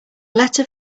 letter